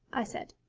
i said,